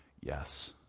yes